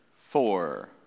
four